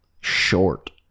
short